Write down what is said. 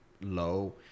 low